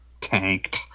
tanked